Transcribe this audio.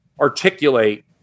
articulate